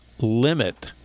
Limit